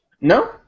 No